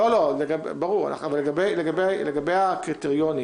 לגבי הקריטריונים,